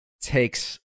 takes